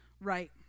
right